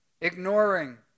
ignoring